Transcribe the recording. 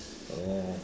oh